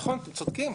נכון צודקים,